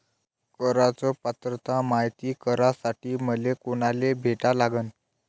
कराच पात्रता मायती करासाठी मले कोनाले भेटा लागन?